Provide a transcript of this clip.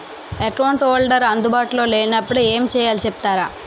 Account holder అందు బాటులో లే నప్పుడు ఎం చేయాలి చెప్తారా?